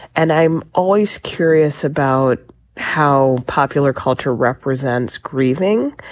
and i'm always curious about how popular culture represents grieving.